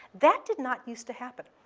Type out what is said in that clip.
that did not used to happen.